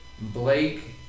Blake